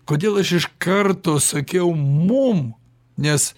kodėl aš iš karto sakiau mum nes